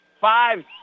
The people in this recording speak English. five